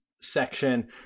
section